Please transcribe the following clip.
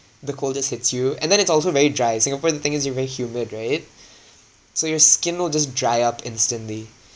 the cold just hits you and then it's also very dry in singapore the thing is you're very humid right so your skin will just dry up instantly